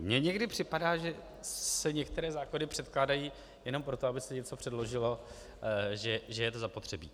Mně někdy připadá, že se některé zákony předkládají jenom proto, aby se něco předložilo, že je to zapotřebí.